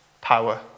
power